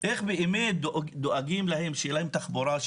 איך באמת דואגים להם שתהיה להם תחבורה,